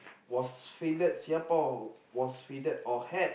was fielded Singapore was fielded or had